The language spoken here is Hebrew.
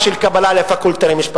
אמרתי